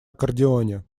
аккордеоне